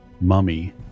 mummy